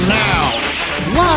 now